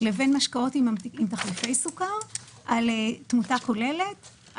ומשקאות עם תחליפי סוכר על תמותה כוללת,